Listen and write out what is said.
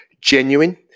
genuine